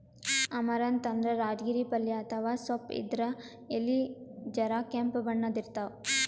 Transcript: amaranth ಅಂದ್ರ ರಾಜಗಿರಿ ಪಲ್ಯ ಅಥವಾ ಸೊಪ್ಪ್ ಇದ್ರ್ ಎಲಿ ಜರ ಕೆಂಪ್ ಬಣ್ಣದ್ ಇರ್ತವ್